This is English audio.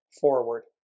forward